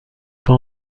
pas